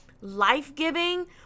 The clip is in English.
life-giving